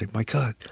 my god,